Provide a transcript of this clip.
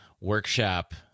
workshop